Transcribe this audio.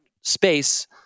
space